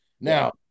Now